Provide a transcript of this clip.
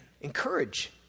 encourage